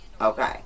okay